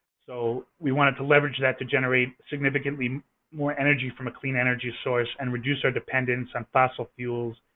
so, we wanted to leverage that to generate significantly more energy from a clean energy source and reduce our dependence on fossil fuels,